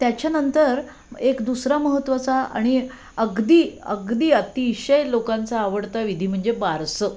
त्याच्यानंतर एक दुसरा महत्त्वाचा आणि अगदी अगदी अतिशय लोकांचा आवडता विधी म्हणजे बारसं